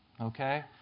okay